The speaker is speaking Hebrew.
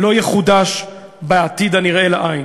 לא יחודש בעתיד הנראה לעין.